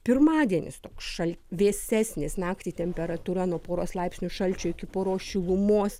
pirmadienis toks šal vėsesnis naktį temperatūra nuo poros laipsnių šalčio iki poros šilumos